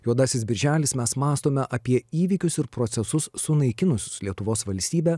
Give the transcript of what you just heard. juodasis birželis mes mąstome apie įvykius ir procesus sunaikinusius lietuvos valstybę